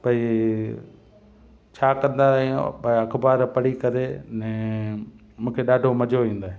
भई छा कंदा आहियूं अख़बार पढ़ी करे अने मूंखे ॾाढो मज़ो ईंदो आहे